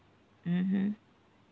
mmhmm